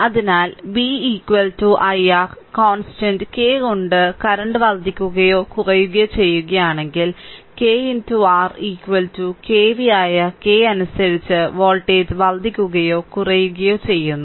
അതിനാൽ v i R constant k കൊണ്ട് current വർദ്ധിക്കുകയോ കുറയുകയോ ചെയ്യുകയാണെങ്കിൽ k R kv ആയ k അനുസരിച്ച് വോൾട്ടേജ് വർദ്ധിക്കുകയോ കുറയുകയോ ചെയ്യുന്നു